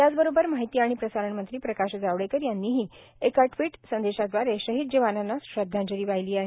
त्याचंबरोबर माहिती आणि प्रसारण मंत्री प्रकाश जावडेकर यांनीही एका ट्विट संदेशादवारे शहिद जवानांना श्रद्धांजली वाहिली आहे